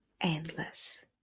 Endless